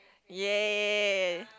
!yay!